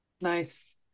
Nice